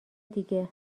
دیگه